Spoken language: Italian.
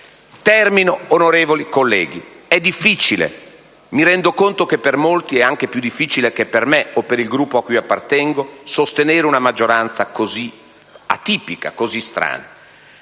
Termino, onorevoli colleghi. È difficile - mi rendo conto che per molti è anche più difficile che per me o per il Gruppo cui appartengo - sostenere una maggioranza così atipica e strana.